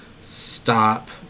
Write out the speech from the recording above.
stop